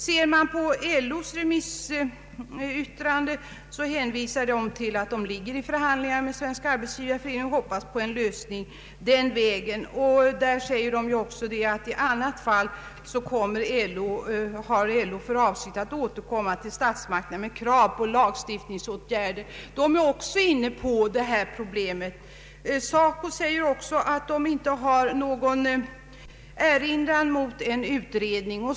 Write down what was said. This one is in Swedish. LO nämner i sitt remissyttrande att förhandlingar pågår med Arbetsgivareföreningen. LO hoppas på en lösning den vägen, men om en sådan inte kan nås, så har LO för avsikt att återkomma till statsmakterna med krav om lagstiftningsåtgärder. LO är alltså inne på detta problem och önskar en lösning. SACO säger sig inte heller ha någon erinran mot en utredning.